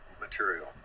material